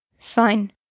Fine